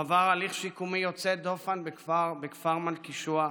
הוא עבר הליך שיקומי יוצא דופן בכפר מלכישוע,